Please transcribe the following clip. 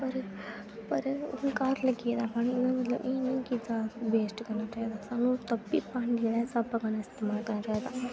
पर पर हून घर लग्गी गेदा पानी एह्दा मतलब एह् नि की वेस्ट करना चाहिदा सानूं तब बी पानी जेह्ड़ा स्हाबै कन्नै इस्तेमाल करना चाहिदा